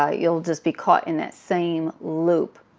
ah you'll just be caught in that same loop.